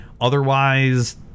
Otherwise